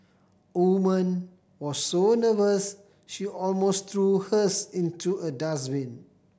woman was so nervous she almost threw hers into a dustbin